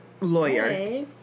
lawyer